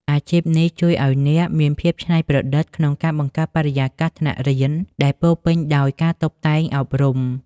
អាជីពនេះជួយឱ្យអ្នកមានភាពច្នៃប្រឌិតក្នុងការបង្កើតបរិយាកាសថ្នាក់រៀនដែលពោរពេញដោយការតុបតែងអប់រំ។